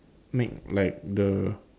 make like the